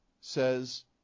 says